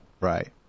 Right